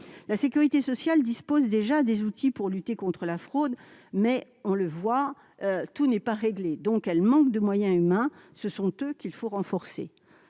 La sécurité sociale dispose déjà des outils pour lutter contre la fraude, mais, on le voit, tout n'est pas réglé. Elle manque de moyens humains : ce sont eux qu'il faut renforcer.